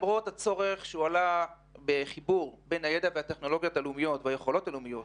למרות הצורך בחיבור בין הידע והיכולות הלאומיות